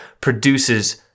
produces